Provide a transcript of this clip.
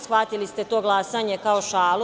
Shvatili ste to glasanje kao šalu.